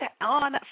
on